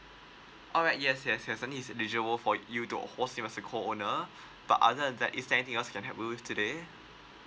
alright yes yes yes for you co owner but other than that is there anything else I can help you with today